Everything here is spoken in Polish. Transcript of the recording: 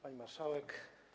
Pani Marszałek!